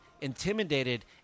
intimidated